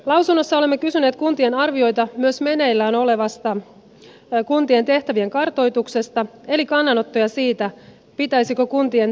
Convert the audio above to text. lausunnossa olemme kysyneet kuntien arvioita myös meneillään olevasta kuntien tehtävien kartoituksesta eli kannanottoja siihen pitäisikö kuntien tehtäväkenttää muuttaa